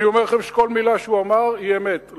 ואני אומר לכם שכל מלה שהוא אמר היא אמת,